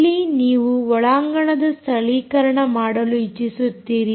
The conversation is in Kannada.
ಇಲ್ಲಿ ನೀವು ಒಳಾಂಗಣದ ಸ್ಥಳೀಕರಣ ಮಾಡಲು ಇಚ್ಚಿಸುತ್ತೀರಿ